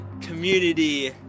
community